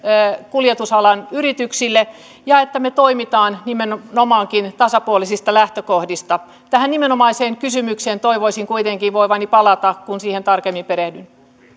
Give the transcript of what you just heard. kuljetusalan yrityksille ja että me toimimme nimenomaan tasapuolisista lähtökohdista tähän nimenomaiseen kysymykseen toivoisin kuitenkin voivani palata kun siihen tarkemmin perehdyn